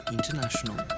International